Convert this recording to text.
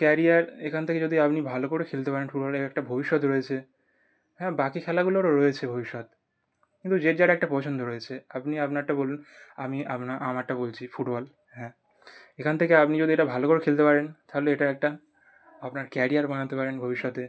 career এখান থেকে যদি আপনি ভালো করে খেলতে পারেন ফুটবলের এক একটা ভবিষ্যৎ রয়েছে হ্যাঁ বাকি খেলাগুলোরও রয়েছে ভবিষ্যৎ কিন্তু যে যার একটা পছন্দ রয়েছে আপনি আপনারটা বলুন আমি আমারটা বলছি ফুটবল হ্যাঁ এখান থেকে আপনি যদি এটা ভালো করে খেলতে পারেন তাহলে এটা একটা আপনার কেরিয়ার বানাতে পারেন ভবিষ্যতে